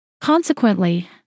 Consequently